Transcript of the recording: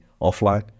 offline